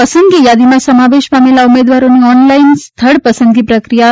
પસંદગી યાદીમાં સમાવેશ પામેલા ઉમેદવારોની ઓનલાઇન સ્થળ પસંદગી પ્રક્રિયા તા